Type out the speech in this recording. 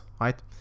right